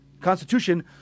constitution